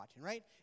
right